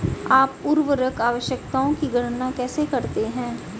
आप उर्वरक आवश्यकताओं की गणना कैसे करते हैं?